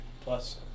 plus